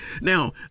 Now